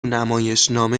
نمایشنامه